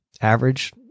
average